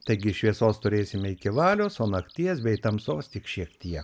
taigi šviesos turėsime iki valios o nakties bei tamsos tik šiek tiek